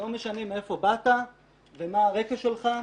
לא משנה מאיפה באת ומה הרקע שלך,